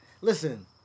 Listen